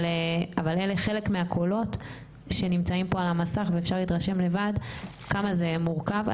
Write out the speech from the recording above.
אבל אלה חלק מהקולות שנמצאים פה על המסך ואפשר להתרשם לבד כמה זה מורכב.